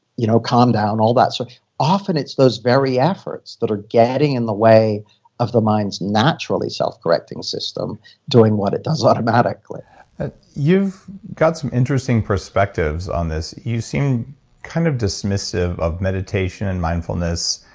you know calm down, and all that. so often, it's those very efforts that are getting in the way of the mind's naturally self-correcting system doing what it does automatically you've got some interesting perspectives on this. you seemed kind of dismissive of meditation, and mindfulness,